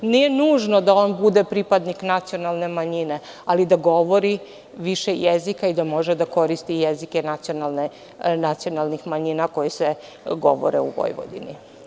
Ne nužno da on bude pripadnik nacionalne manjine, ali da govori više jezika i da može da koristi jezike nacionalnih manjina koji se govore u Vojvodini.